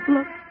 Look